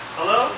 Hello